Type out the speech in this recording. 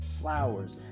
flowers